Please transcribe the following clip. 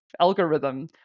algorithm